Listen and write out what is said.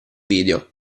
video